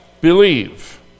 believe